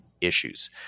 issues